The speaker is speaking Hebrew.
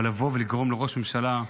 אבל לבוא ולגרום לראש ממשלה,